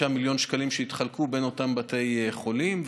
מיליון שקלים שיתחלקו בין אותם בתי חולים,